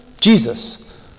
Jesus